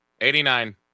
89